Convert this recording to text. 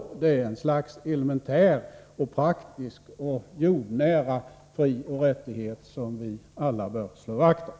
Det gäller ett slags elementär, praktisk och jordnära frioch rättighet som vi alla bör slå vakt om.